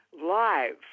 live